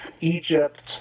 Egypt